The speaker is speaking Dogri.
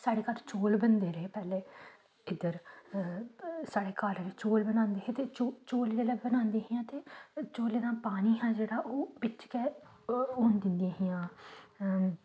साढ़े घर च चौल बनदे रेह् पैह्लें इद्धर साढ़े घर चौल बनांदे हे ते चौल जिल्लै बनांदियां हियां ते चौलें दा पानी हा जेह्ड़ा ओह् बिच्च गै होन दिंदियां हियां